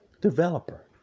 developer